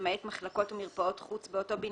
למעט מחלקות ומרפאות חוץ באותו בניין,